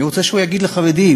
אני רוצה שהוא יגיד לחרדים: